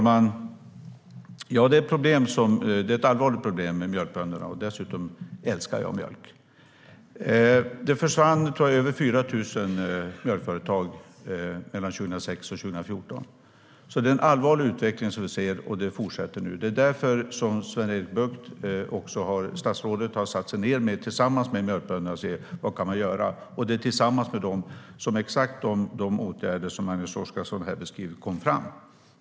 Herr talman! Det är ett allvarligt problem med mjölkbönderna. Dessutom älskar jag mjölk. Det försvann över 4 000 mjölkföretag 2006-2014. Det är en allvarlig utveckling som vi ser, och den fortsätter nu. Det är därför som statsrådet Sven-Erik Bucht har satt sig ned tillsammans med mjölkbönderna för att se vad man kan göra. Det är tillsammans med dem som exakt de åtgärder som Magnus Oscarsson här beskriver kom fram.